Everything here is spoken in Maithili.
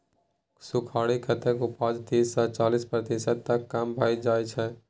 सुखाड़ि सँ खेतक उपजा तीस सँ चालीस प्रतिशत तक कम भए जाइ छै